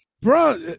bro